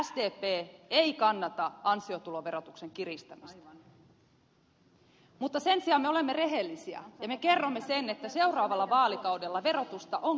sdp ei kannata ansiotuloverotuksen kiristämistä mutta sen sijaan me olemme rehellisiä ja me kerromme sen että seuraavalla vaalikaudella verotusta on kiristettävä